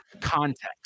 context